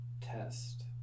test